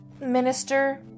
minister